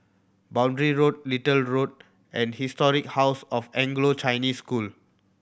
Boundary Road Little Road and Historic House of Anglo Chinese School